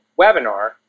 webinar